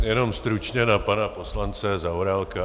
Jenom stručně na poslance Zaorálka.